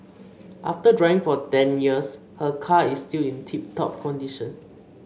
after driving for ten years her car is still in tip top condition